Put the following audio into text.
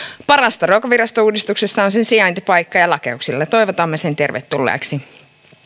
parasta ruokavirastouudistuksessa on sen sijaintipaikka ja lakeuksilla toivotamme sen tervetulleeksi